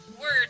word